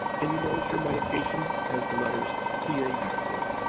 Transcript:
and you notice your medication has the letters pa next to it,